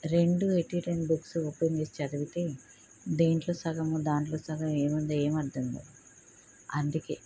రెండూ at a time books open చేసి చదివితే దీంట్లో సగము దాంట్లో సగము ఏముంది ఏమీ అర్దంకాదు అందుకే